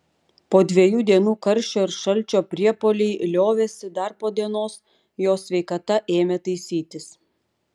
po dviejų dienų karščio ir šalčio priepuoliai liovėsi dar po dienos jo sveikata ėmė taisytis